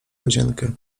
łazienkę